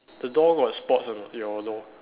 the door got spots or not your door